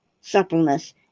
suppleness